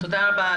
תודה רבה,